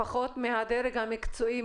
לפחות מהדרג המקצועי,